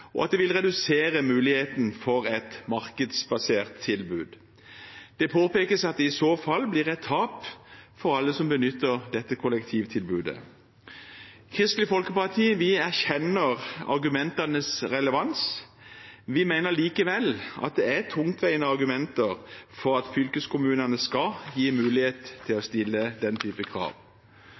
og at det vil redusere muligheten for et markedsbasert tilbud. Det påpekes at det i så fall blir et tap for alle som benytter dette kollektivtilbudet. Kristelig Folkeparti erkjenner argumentenes relevans. Vi mener likevel at det er tungtveiende argumenter for at fylkeskommunene skal gi mulighet til å stille den typen krav.